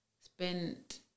spent